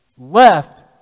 Left